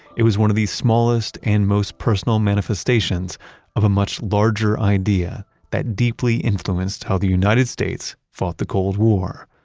it was one of the smallest and most personal manifestations of a much larger idea that deeply influenced how the united states fought the cold war.